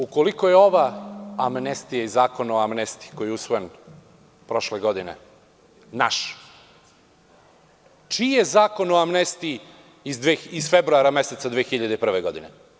Ukoliko je ova amnestija i Zakon o amnestiji, koji je usvojen prošle godine, naš, čiji je Zakon o amnestiji iz februara meseca 2001. godine?